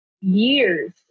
years